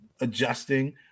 adjusting